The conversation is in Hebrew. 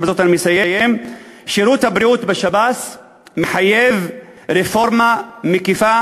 ובזאת אני מסיים: שירות הבריאות בשב"ס מחייב רפורמה מקיפה,